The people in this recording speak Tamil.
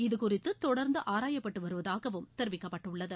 இதுகுறித்து தொடர்ந்து ஆராயப்பட்டு வருவதாகவும் தெரிவிக்கப்பட்டுள்ளது